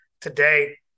today